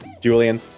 Julian